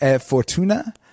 fortuna